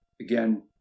again